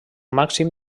màxim